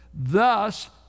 Thus